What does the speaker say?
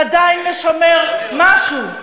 עד שלוש דקות לרשותך.